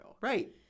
Right